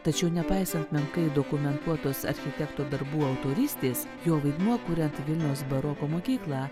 tačiau nepaisant menkai dokumentuotos architekto darbų autorystės jo vaidmuo kuriant vilniaus baroko mokyklą